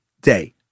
day